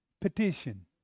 petition